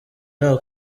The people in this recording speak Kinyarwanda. nta